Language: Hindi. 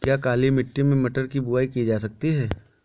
क्या काली मिट्टी में मटर की बुआई की जा सकती है?